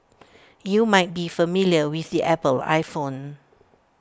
you might be familiar with the Apple iPhone